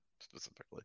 specifically